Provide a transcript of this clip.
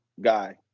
guy